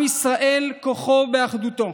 עם ישראל, כוחו באחדותו.